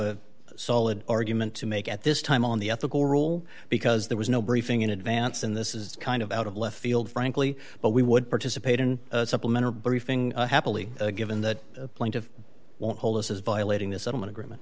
a solid argument to make at this time on the ethical rule because there was no briefing in advance and this is kind of out of left field frankly but we would participate in supplement or briefing happily given that point of won't hold us as violating the settlement agreement